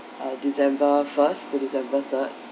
december first to december third